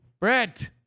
Brett